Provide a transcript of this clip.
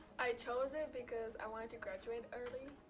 i chose it because i wanted to graduate early,